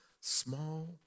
small